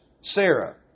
Sarah